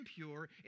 impure